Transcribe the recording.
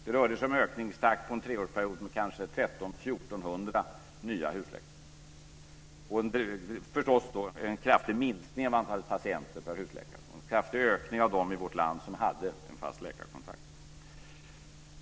Det rörde sig om en ökningstakt under en treårsperiod på kanske 1 300-1 400 nya husläkare, och förstås en kraftig minskning av antalet patienter per husläkare och en kraftig ökning av dem i vårt land som hade en fast läkarkontakt.